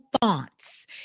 thoughts